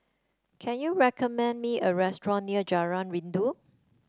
can you recommend me a restaurant near Jalan Rindu